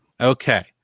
Okay